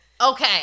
Okay